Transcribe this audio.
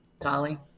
Dolly